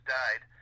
died